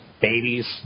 babies